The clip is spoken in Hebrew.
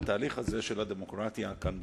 בתהליך של הדמוקרטיה כאן,